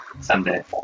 someday